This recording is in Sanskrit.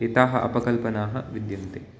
एताः अपकल्पनाः विद्यन्ते